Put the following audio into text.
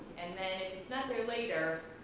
and then it's not there later,